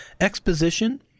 exposition